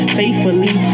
faithfully